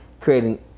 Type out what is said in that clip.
creating